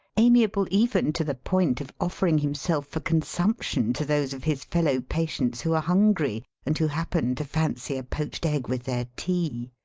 amiable even to the point of offering him self for consumption to those of his fellow patients who are hungry, and who happen to fancy a poached egg with their tea.